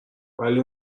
ولی